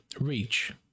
reach